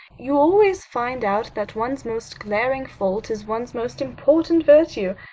you always find out that one's most glaring fault is one's most important virtue.